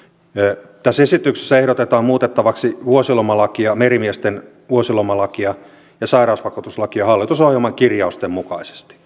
tässä esityksessä ehdotetaan muutettavaksi merimiesten vuosilomalakia ja sairausvakuutuslakia hallitusohjelman kirjausten mukaisesti